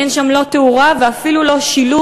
אין שם לא תאורה ואפילו לא שילוט,